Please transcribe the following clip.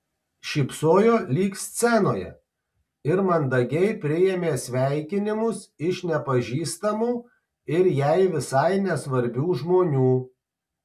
šypsojo lyg scenoje ir mandagiai priėmė sveikinimus iš nepažįstamų ir jai visai nesvarbių žmonių